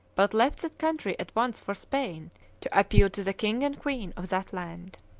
but left that country at once for spain to appeal to the king and queen of that land.